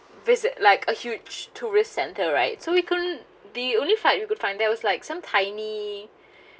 visit like a huge tourist centre right so we couldn't the only flight you could find that was like some tiny